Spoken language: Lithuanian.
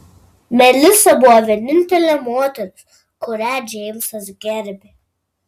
melisa buvo vienintelė moteris kurią džeimsas gerbė